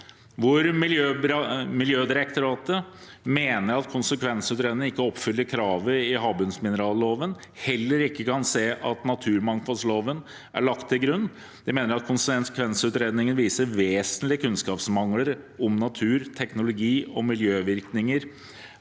Miljødirektoratet mener at konsekvensutredningen ikke oppfyller kravet i havbunnsmineralloven, og kan heller ikke se at naturmangfoldloven er lagt til grunn. De mener at konsekvensutredningen «viser vesentlige kunnskapsmangler om natur, teknologi, og miljøvirkninger»